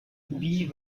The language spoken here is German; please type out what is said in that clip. wie